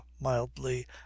mildly